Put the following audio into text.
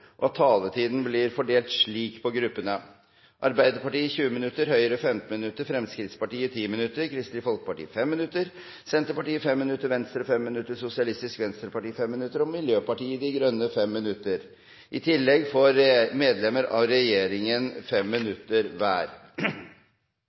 og at taletiden fordeles slik på gruppene: Arbeiderpartiet 20 minutter, Høyre 15 minutter, Fremskrittspartiet 10 minutter, Kristelig Folkeparti 5 minutter, Senterpartiet 5 minutter, Venstre 5 minutter, Sosialistisk Venstreparti 5 minutter og Miljøpartiet De Grønne 5 minutter. I tillegg får medlemmer av regjeringen